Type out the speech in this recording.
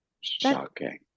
shocking